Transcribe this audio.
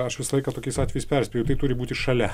aš visą laiką tokiais atvejais perspėju tai turi būti šalia